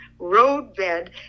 roadbed